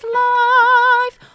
life